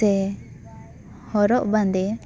ᱛᱮ ᱦᱚᱨᱚᱜ ᱵᱟᱸᱫᱮ